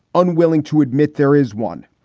unwilling to admit there is one.